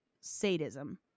sadism